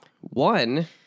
One